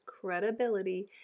credibility